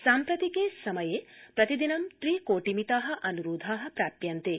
साम्प्रतिके समये प्रतिदिनं त्रि कोटिमिता अनुरोधा प्राप्यन्ते